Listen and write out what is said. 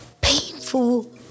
Painful